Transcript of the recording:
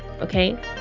Okay